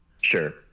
Sure